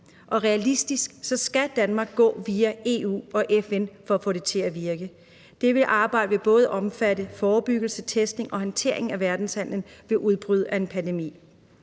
og realistisk skal Danmark gå via EU og FN for at få det til at virke. Det arbejde vil omfatte både forebyggelse, testning og håndtering af verdenshandelen ved udbrud af en pandemi.